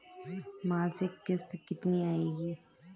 मासिक किश्त कितनी आएगी?